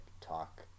talk